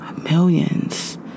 millions